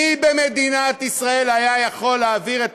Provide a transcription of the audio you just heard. מי במדינת ישראל היה יכול להעביר את